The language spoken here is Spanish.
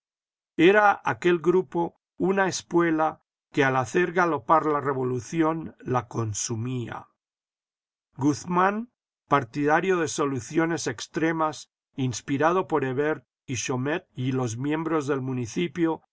era aquel grupo una espuela que al hacer galopar la revolución la consumía guzmán partidario de soluciones extremas inspirado por hebert y chaumette y los miembros del municipio